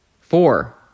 Four